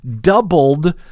doubled